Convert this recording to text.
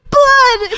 blood